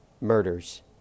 murders